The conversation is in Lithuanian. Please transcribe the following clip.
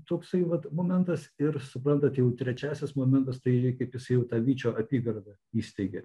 toksai vat momentas ir suprantat jau trečiasis momentas tai kaip jisai jau tą vyčio apygardą įsteigė